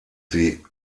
sie